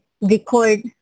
record